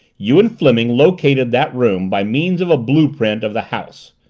you and fleming located that room by means of a blue-print of the house.